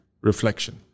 reflection